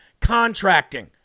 Contracting